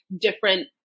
different